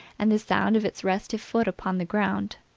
and the sound of its restive foot upon the ground.